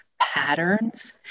Patterns